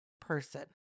person